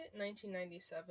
1997